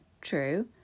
true